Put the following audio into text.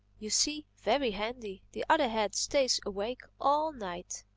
you see very handy the other head stays awake all night.